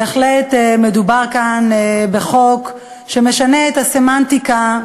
בהחלט מדובר כאן בחוק שמשנה את הסמנטיקה,